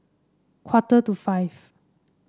quarter to five